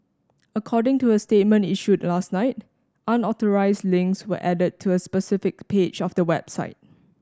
according to a statement issued last night unauthorised links were added to a specific page of the website